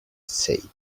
said